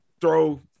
throw